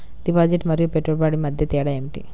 Deposit మరియు పెట్టుబడి మధ్య తేడా ఏమిటి?